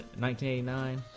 1989